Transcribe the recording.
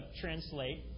translate